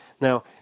Now